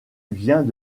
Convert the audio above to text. vient